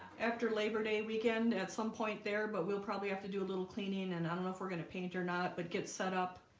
after labor day weekend at some point there but we'll probably have to do a little cleaning and i don't know if we're gonna paint or not but get set up